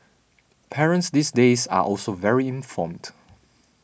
parents these days are also very informed